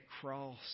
cross